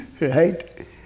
right